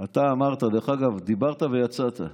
ואתה אמרת, דרך אגב, דיברת ויצאת,